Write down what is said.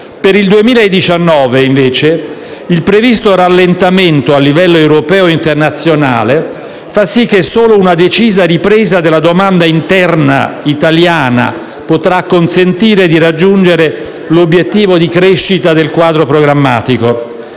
Per il 2019, invece, il previsto rallentamento a livello europeo e internazionale fa sì che solo una decisa ripresa della domanda interna italiana potrà consentire di raggiungere l'obiettivo di crescita del quadro programmatico.